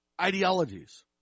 ideologies